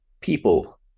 people